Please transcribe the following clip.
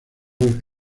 además